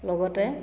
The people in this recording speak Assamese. লগতে